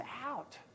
out